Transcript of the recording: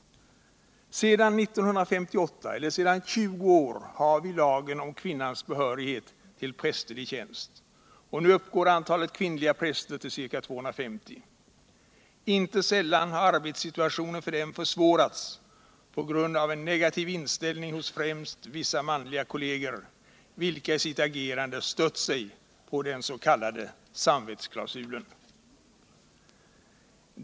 Sedan 1958, eller sedan 20 år tillbaka, har vi lagen om kvinnans behörighet till prästerlig tjänst, och nu uppgår antalet kvinnliga präster till ca 250. Inte sällan har arbetssituationen för dem försvårats på grund av en negativ inställning hos främst vissa manliga kolleger, vilka i sitt agerande stött sig på den s.k. samvetsklausulen.